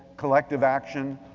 collective action,